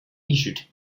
issued